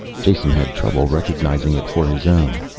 jason had trouble recognizing it for his own.